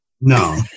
No